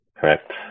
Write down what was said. Correct